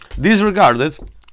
disregarded